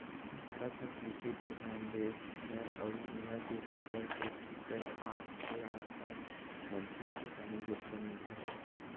भारत ह कृषि परधान देस हरय अउ इहां के सत्तर परतिसत के आसपास मनखे ह किसानी के उप्पर निरभर हे